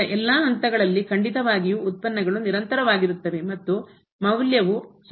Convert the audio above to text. ಇತರ ಎಲ್ಲಾ ಹಂತಗಳಲ್ಲಿ ಖಂಡಿತವಾಗಿಯೂ ಉತ್ಪನ್ನಗಳು ನಿರಂತರವಾಗಿರುತ್ತವೆ ಮತ್ತು ಮೌಲ್ಯವು ಸಮಾನವಾಗಿರುತ್ತದೆ